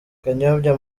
kanyombya